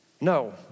No